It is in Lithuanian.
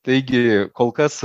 taigi kol kas